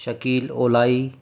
Shakeel اولائی